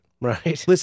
Right